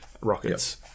rockets